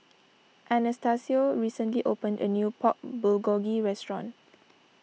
Anastacio recently opened a new Pork Bulgogi restaurant